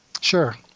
Sure